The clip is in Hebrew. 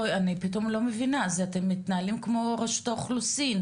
אתם מתנהלים כמו רשות האוכלוסין,